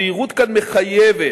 הזהירות כאן מחייבת.